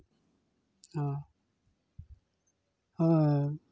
ᱦᱚᱸ